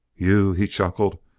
you? he chuckled.